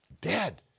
dead